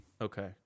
Okay